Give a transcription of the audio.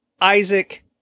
Isaac